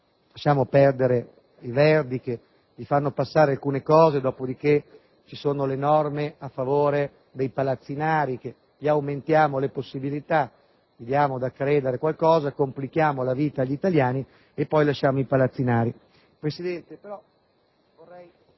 Lasciamo perdere i Verdi, che vi fanno passare alcune cose, dopodiché appaiono norme a favore dei palazzinari, se ne aumentano le possibilità: diamo da credere qualcosa, complichiamo la vita agli italiani e poi lasciamo che i palazzinari... PRESIDENTE. La invito